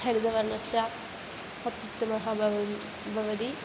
हरितवर्णश्च अत्युत्तमः भवन् भवति